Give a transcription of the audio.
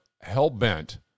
hell-bent